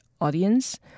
Audience